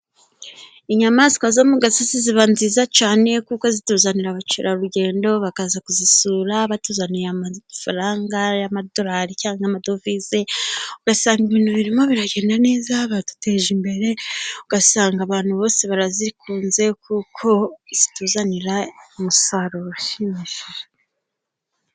Inyamaswa zo mu gasozi ziba nziza cyane, kuko zituzanira abakerarugendo, bakaza kuzisura batuzaniye amafaranga y'amadolari cyangwa amadovize ,ugasanga ibintu birimo biragenda neza baduteje imbere, ugasanga abantu bose barazikunze kuko zituzanira umusaruro ushimishije.